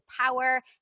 power